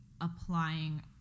applying